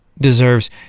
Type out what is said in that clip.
deserves